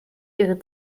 ihre